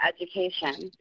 education